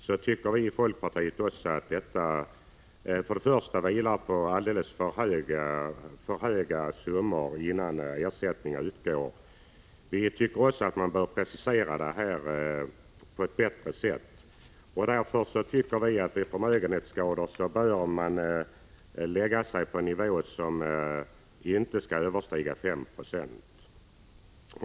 Vi anser i folkpartiet att det då blir alldeles för höga summor innan ersättning utgår, och vi tycker också att man bör precisera reglerna på ett bättre sätt. Vid förmögenhetsskador bör man enligt vår uppfattning tillämpa en nivå som inte överstiger 5 90.